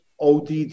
ODD